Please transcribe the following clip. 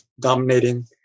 dominating